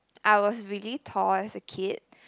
I was really tall as a kid